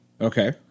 Okay